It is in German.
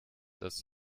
dass